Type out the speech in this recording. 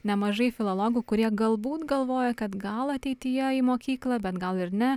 nemažai filologų kurie galbūt galvoja kad gal ateityje į mokyklą bet gal ir ne